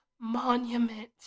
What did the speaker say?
monument